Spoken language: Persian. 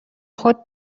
خود